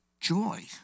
joy